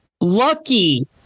Lucky